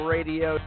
Radio